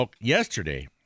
Yesterday